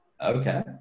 okay